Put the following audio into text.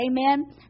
Amen